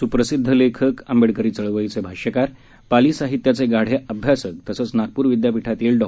सुप्रसिद्ध लेखक आंबेडकरी चळवळीचे भाष्यकार पाली साहित्याचे गाढे अभ्यासक तसंच नागपूर विद्यापीठातील डॉ